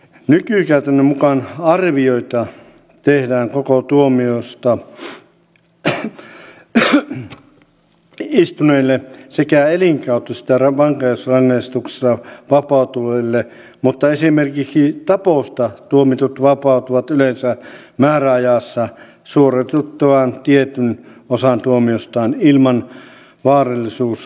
nykykäytännön mukaan arvioita tehdään koko tuomionsa istuneille sekä elinkautisesta vankeusrangaistuksesta vapautuville mutta esimerkiksi taposta tuomitut vapautuvat yleensä määräajassa suoritettuaan tietyn osan tuomiostaan ilman vaarallisuusarvion tekoa